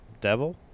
devil